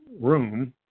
room